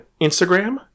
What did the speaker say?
Instagram